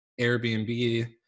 Airbnb